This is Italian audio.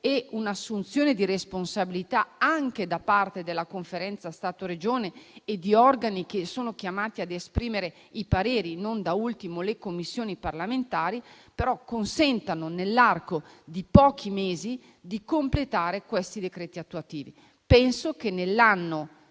un'assunzione di responsabilità anche da parte della Conferenza Stato-Regioni e di organi che sono chiamati ad esprimere i pareri, non da ultime le Commissioni parlamentari, nell'arco di pochi mesi completino il proprio *iter*. Penso che nell'anno